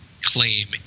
claim